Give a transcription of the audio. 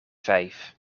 vijf